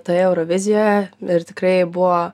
toje eurovizijoje ir tikrai buvo